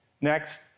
Next